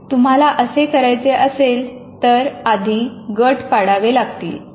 तुम्हाला असे करायचे असेल तर आधी गट पाडावे लागतील